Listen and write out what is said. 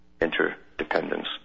interdependence